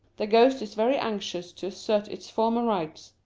the ghost is very anxious to assert its former rights.